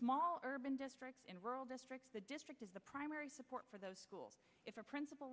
small urban district in rural districts the district is the primary support for those schools if a principal